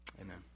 Amen